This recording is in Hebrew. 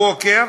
הבוקר,